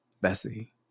Bessie